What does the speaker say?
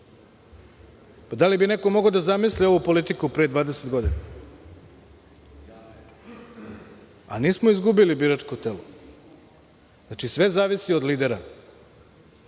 Da li bi neko mogao da zamisli ovu politiku pre dvadeset godina, a nismo izgubili biračko telo. Znači, sve zavisi od lidera.